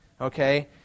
Okay